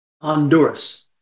Honduras